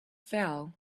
fail